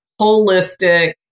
holistic